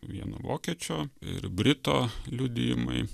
vieno vokiečio ir brito liudijimai